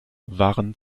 waren